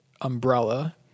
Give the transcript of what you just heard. umbrella